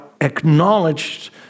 acknowledged